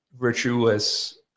Virtuous